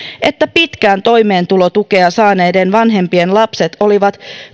että pitkään toimeentulotukea saaneiden vanhempien lapset olivat